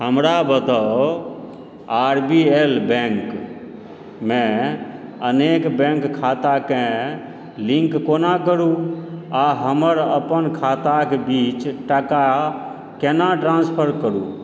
हमरा बताउ R B L बैंकमे अनेक बैंक खाताकेँ लिंक कोना करु आ हमर अपन खाताक बीच टका केना ट्रांसफर करु